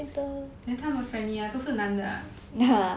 then 他们 friendly mah 都是男的 ah